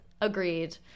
Agreed